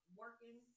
working